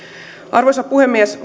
arvoisa puhemies